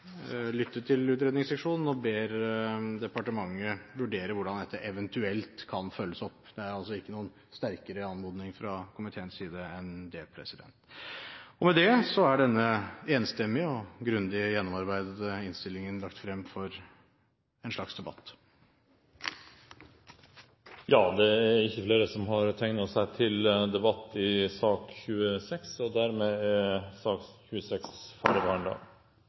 lyttet til utredningsseksjonen og ber departementet vurdere hvordan dette eventuelt kan følges opp. Det er altså ikke noen sterkere anmodning fra komiteens side enn det. Med det er denne enstemmige og grundig gjennomarbeidede innstillingen lagt frem til en slags debatt. Flere har ikke bedt om ordet til sak nr. 26. Jeg legger fram en enstemmig innstilling fra kontroll- og konstitusjonskomiteen. I Riksrevisjonens årsmelding gjøres det rede for Riksrevisjonens rammevilkår, styringssystem og